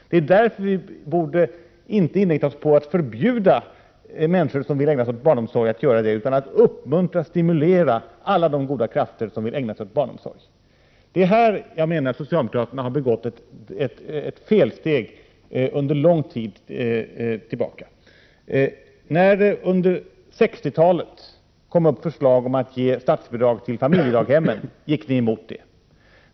Det är därför som vi inte borde inrikta oss på att förbjuda människor som vill ägna sig åt barnomsorg att göra det utan i stället uppmuntra och stimulera alla de goda krafter som vill ägna sig åt barnomsorg. Det är i detta sammanhang som jag menar att socialdemokraterna har gått fel väg under lång tid. När det under 60-talet väcktes förslag om att ge statsbidrag till familjedaghem gick socialdemokraterna emot det.